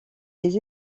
les